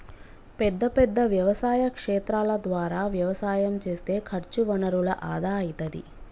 పెద్ద పెద్ద వ్యవసాయ క్షేత్రాల ద్వారా వ్యవసాయం చేస్తే ఖర్చు వనరుల ఆదా అయితది